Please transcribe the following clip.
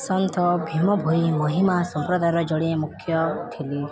ସନ୍ଥ ଭୀମ ଭୋଇ ମହିମା ସମ୍ପ୍ରଦାୟର ଜଣେ ମୁଖ୍ୟ ଥିଲେ